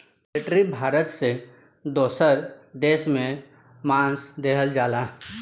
poultry Bharat से दोसर देश में मांस देहल जाला